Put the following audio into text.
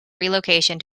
relocation